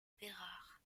bérard